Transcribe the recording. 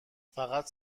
فقط